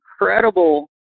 incredible